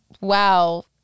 Wow